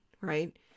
right